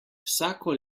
vsako